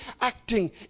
acting